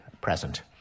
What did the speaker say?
present